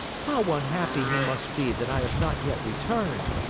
how unhappy he must be that i have not yet returned!